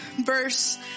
verse